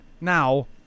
now